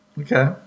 Okay